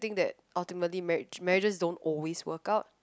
think that ultimately marriage marriages don't always work out